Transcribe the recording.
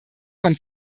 von